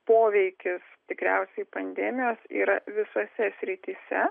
poveikis tikriausiai pandemijos yra visose srityse